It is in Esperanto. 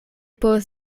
povos